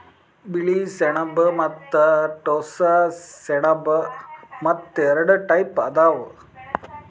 ಬಿಳಿ ಸೆಣಬ ಮತ್ತ್ ಟೋಸ್ಸ ಸೆಣಬ ಅಂತ್ ಎರಡ ಟೈಪ್ ಅದಾವ್